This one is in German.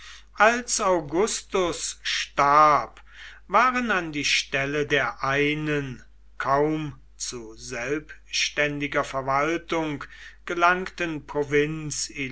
als augustus starb waren an die stelle der einen kaum zu selbständiger verwaltung gelangten provinz